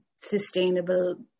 sustainable